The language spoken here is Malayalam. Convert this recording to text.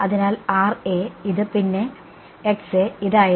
അതിനാൽ ഇത് പിന്നെ ഇതായിരുന്നു